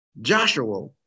Joshua